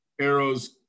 arrows